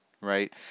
right